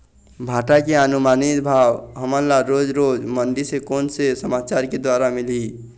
भांटा के अनुमानित भाव हमन ला रोज रोज मंडी से कोन से समाचार के द्वारा मिलही?